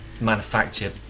manufacture